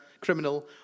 criminal